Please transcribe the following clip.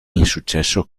insuccesso